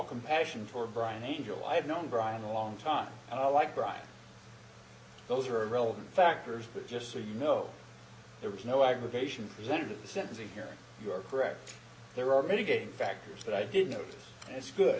compassion for brian angel i've known brian a long time and i like brian those are relevant factors but just so you know there was no aggravation present at the sentencing hearing you are correct there are mitigating factors but i didn't know it's good